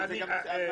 אבל זה גם --- איליה,